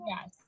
yes